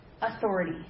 authority